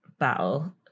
battle